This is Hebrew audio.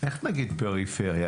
איך נגיד פריפריה?